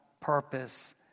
purpose